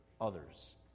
others